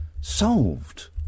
solved